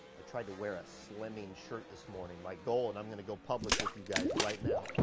i tried to wear a slimming shirt this morning. my goal, and i'm gonna go public with you guys right now,